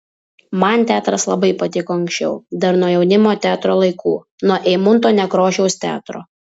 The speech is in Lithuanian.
man teatras labai patiko anksčiau dar nuo jaunimo teatro laikų nuo eimunto nekrošiaus teatro